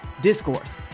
Discourse